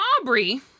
Aubrey